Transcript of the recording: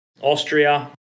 Austria